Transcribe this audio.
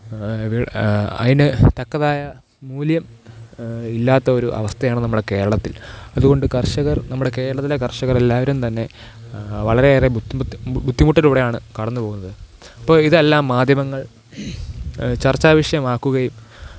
അതിന് തക്കതായ മൂല്യം ഇല്ലാത്ത ഒരു അവസ്ഥയാണ് നമ്മുടെ കേരളത്തില് അതുകൊണ്ട് കര്ഷകര് നമ്മുടെ കേരളത്തിലെ കര്ഷകർ എല്ലാവരും തന്നെ വളരേയേറെ ബുദ്ധിമുട്ടിലൂടെയാണ് കടന്നുപോകുന്നത് അപ്പം ഇതെല്ലാം മാധ്യമങ്ങള് ചര്ച്ചാവിഷയം ആക്കുകയും